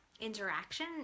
interaction